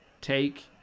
take